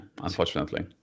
unfortunately